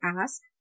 ask